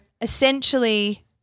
essentially